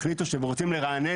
החליטו שהם רוצים לרענן,